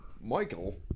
Michael